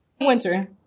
winter